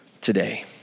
today